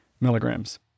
milligrams